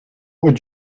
would